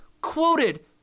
quoted